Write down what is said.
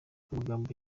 amagambo